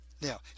Now